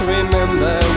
Remember